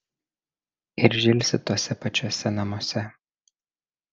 ir žilsi tuose pačiuose namuose